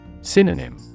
Synonym